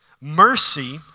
Mercy